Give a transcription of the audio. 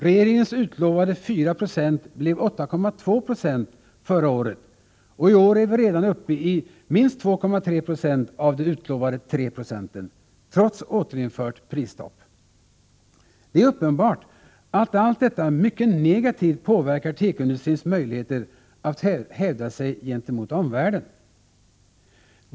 Regeringens utlovade 4 96 blev 8,2 I förra året, och i år är vi redan uppe i minst 2,3 90 av de utlovade 3 procenten, trots återinfört prisstopp. Det är uppenbart att allt detta mycket negativt påverkar tekoindustrins möjligheter att hävda sig gentemot omvärlden.